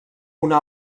una